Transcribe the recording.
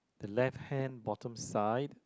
the left hand bottom side